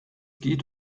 geht